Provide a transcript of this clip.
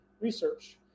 research